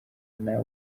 nawe